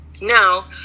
now